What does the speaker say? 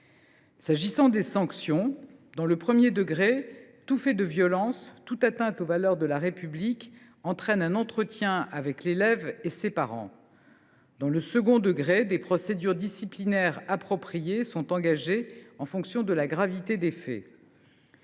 concerne les sanctions, dans le premier degré, tout fait de violence et toute atteinte aux valeurs de la République entraînent un entretien avec l’élève et ses parents ; dans le second degré, des procédures disciplinaires appropriées sont engagées en fonction de la gravité des faits.